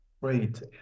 Great